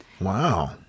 Wow